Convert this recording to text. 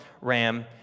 Ram